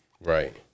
Right